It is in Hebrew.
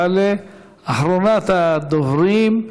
תעלה אחרונת הדוברים,